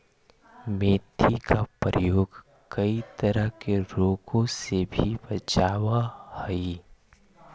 मेथी का प्रयोग कई तरह के रोगों से भी बचावअ हई